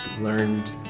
learned